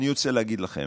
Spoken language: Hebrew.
אני רוצה להגיד לכם: